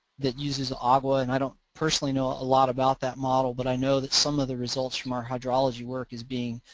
that uses ah agwa and i don't personally know a lot about that model but i know that some other results from our hydrology work is being,